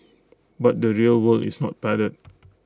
but the real world is not padded